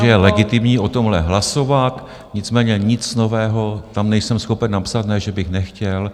Myslím, že je legitimní o tomhle hlasovat, nicméně nic nového tam nejsem schopen napsat, ne že bych nechtěl.